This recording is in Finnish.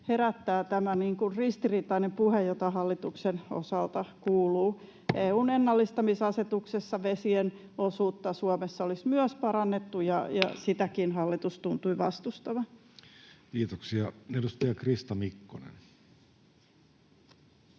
herättää tämä ristiriitainen puhe, jota hallituksen osalta kuuluu. EU:n ennallistamisasetuksessa vesien osuutta Suomessa olisi myös parannettu, ja sitäkin hallitus tuntui vastustavan. Kiitoksia. — Edustaja Krista Mikkonen.